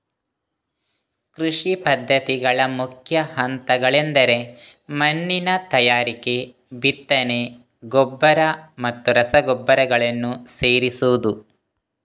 ಕೃಷಿ ಪದ್ಧತಿಗಳ ಮುಖ್ಯ ಹಂತಗಳೆಂದರೆ ಮಣ್ಣಿನ ತಯಾರಿಕೆ, ಬಿತ್ತನೆ, ಗೊಬ್ಬರ ಮತ್ತು ರಸಗೊಬ್ಬರಗಳನ್ನು ಸೇರಿಸುವುದು